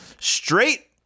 Straight